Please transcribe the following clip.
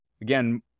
Again